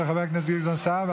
של חבר הכנסת גדעון סער,